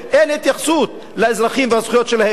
אין התייחסות לאזרחים ולזכויות שלהם.